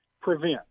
prevent